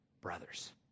brothers